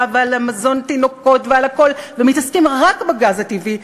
ועל מזון התינוקות ועל הכול ומתעסקים רק בגז הטבעי,